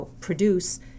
produce